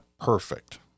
perfect